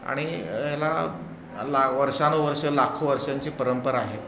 आणि याला वर्षानुवर्षं लाखो वर्षांची परंपरा आहे